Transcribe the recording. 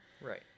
right